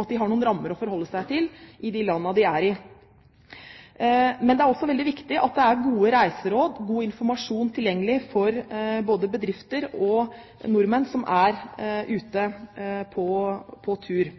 at de har noen rammer å forholde seg til i de landene de er. Men det er også veldig viktig at det er gode reiseråd, god informasjon tilgjengelig både for bedrifter og for nordmenn som er ute på tur.